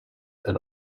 and